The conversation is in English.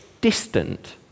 distant